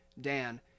Dan